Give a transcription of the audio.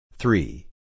Three